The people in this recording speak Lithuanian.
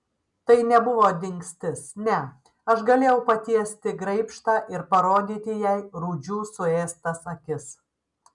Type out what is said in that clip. tai nebuvo dingstis ne aš galėjau patiesti graibštą ir parodyti jai rūdžių suėstas akis